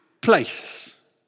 place